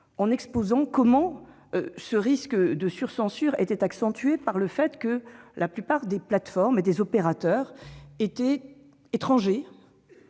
exposé comment ce risque de sur-censure était accentué par le fait que la plupart des plateformes et des opérateurs étaient étrangers-